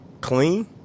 clean